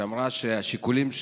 שאמרה שהשיקולים,